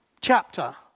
chapter